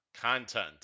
content